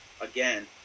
again